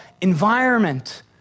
environment